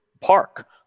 park